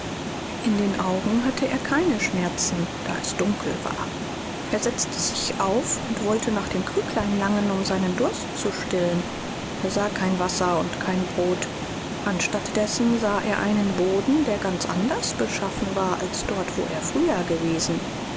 in den augen hatte er keine schmerzen da es dunkel war er setzte sich auf und wollte nach dem krüglein langen um seinen durst zu stillen er sah kein wasser und kein brot anstatt dessen sah er einen boden der ganz anders beschaffen war als dort wo er früher gewesen